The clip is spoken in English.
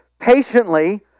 patiently